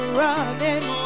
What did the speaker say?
running